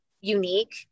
unique